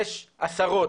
יש עשרות,